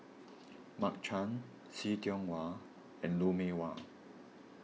Mark Chan See Tiong Wah and Lou Mee Wah